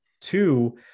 two